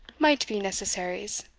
maight be necessaries,